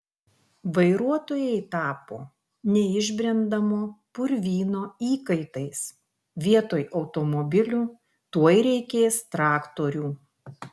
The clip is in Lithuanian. vairuotojai tapo neišbrendamo purvyno įkaitais vietoj automobilių tuoj reikės traktorių